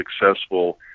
successful